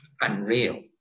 unreal